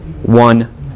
One